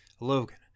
Logan